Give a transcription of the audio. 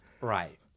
Right